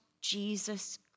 Jesus